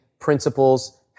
principles